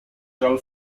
żal